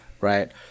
right